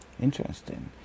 Interesting